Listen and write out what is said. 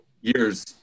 years –